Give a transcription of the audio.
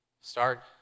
start